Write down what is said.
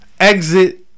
exit